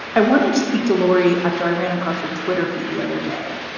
i wanted to speak to laurie after i ran across her twitter feed the other day.